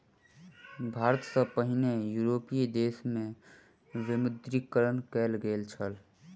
भारत सॅ पहिने यूरोपीय देश में विमुद्रीकरण कयल गेल छल